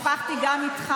ושוחחתי גם איתך.